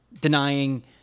denying